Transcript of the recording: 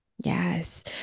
Yes